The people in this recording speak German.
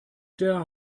der